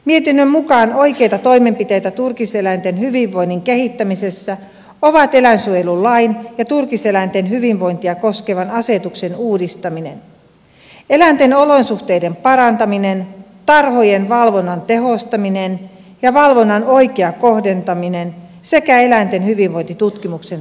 mietinnön mukaan oikeita toimenpiteitä turkiseläinten hyvinvoinnin kehittämisessä ovat eläinsuojelulain ja turkiseläinten hyvinvointia koskevan asetuksen uudistaminen eläinten olosuhteiden parantaminen tarhojen valvonnan tehostaminen ja valvonnan oikea kohdentaminen sekä eläinten hyvinvointitutkimuksen tukeminen